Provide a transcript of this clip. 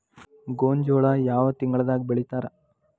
ಗೋಂಜಾಳ ಯಾವ ತಿಂಗಳದಾಗ್ ಬೆಳಿತಾರ?